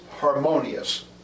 harmonious